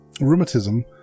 rheumatism